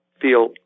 feel